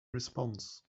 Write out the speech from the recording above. response